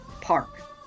park